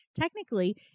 Technically